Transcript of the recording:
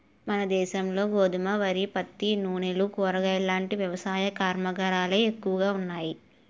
మనదేశంలో గోధుమ, వరి, పత్తి, నూనెలు, కూరగాయలాంటి వ్యవసాయ కర్మాగారాలే ఎక్కువగా ఉన్నాయి